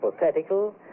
hypothetical